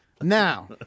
Now